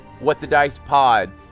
WhatTheDicePod